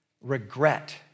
regret